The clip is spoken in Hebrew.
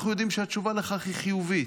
אנחנו יודעים שהתשובה לכך היא חיובית,